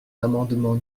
l’amendement